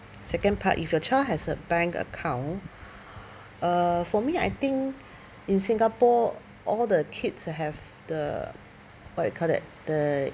second part if your child has a bank account uh for me I think in singapore all the kids have the what you call that the